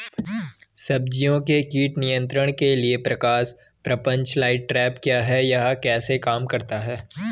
सब्जियों के कीट नियंत्रण के लिए प्रकाश प्रपंच लाइट ट्रैप क्या है यह कैसे काम करता है?